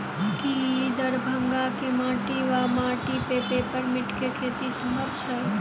की दरभंगाक माटि वा माटि मे पेपर मिंट केँ खेती सम्भव छैक?